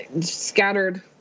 scattered